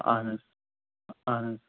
اہَن حظ اہَن حظ